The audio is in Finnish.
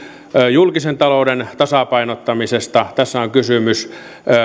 julkisen talouden tasapainottamisesta tässä on kysymys